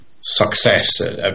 success